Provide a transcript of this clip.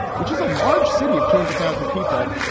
which is a large city of two hundred thousand people,